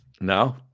No